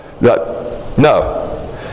No